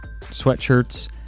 sweatshirts